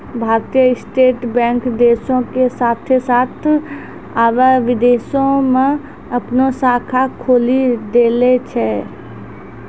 भारतीय state bank देशो के साथे साथ अबै विदेशो मे अपनो शाखा खोलि देले छै